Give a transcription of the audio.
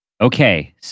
Okay